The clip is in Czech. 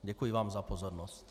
Děkuji vám za pozornost.